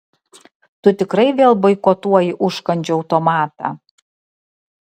tu tikrai vėl boikotuoji užkandžių automatą